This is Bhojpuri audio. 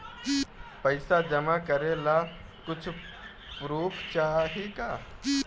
पैसा जमा करे ला कुछु पूर्फ चाहि का?